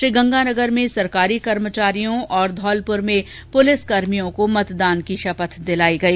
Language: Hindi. श्रीगंगानगर में सरकारी कर्मचारियों और धौलपुर में पुलिस कर्मियों को मतदान की शपथ दिलाई गई